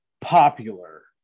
popular